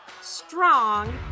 strong